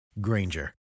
Granger